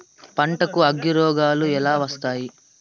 పంటకు అగ్గిరోగాలు ఎలా వస్తాయి?